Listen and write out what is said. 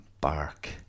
bark